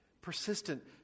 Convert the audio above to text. Persistent